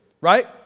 right